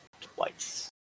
twice